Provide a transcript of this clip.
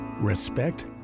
Respect